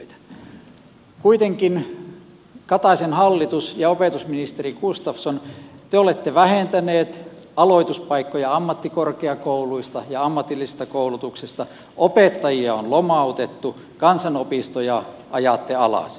kuitenkin kataisen hallitus ja opetusministeri gustafsson te olette vähentäneet aloituspaikkoja ammattikorkeakouluista ja ammatillisesta koulutuksesta opettajia on lomautettu kansanopistoja ajatte alas